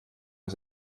aus